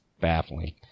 baffling